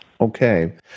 Okay